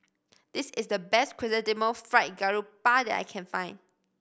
this is the best Chrysanthemum Fried Garoupa that I can find